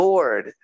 Lord